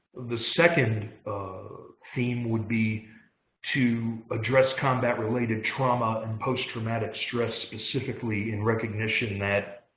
the second theme would be to address combat-related trauma, and post-traumatic stress, specifically, in recognition that